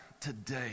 today